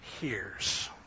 hears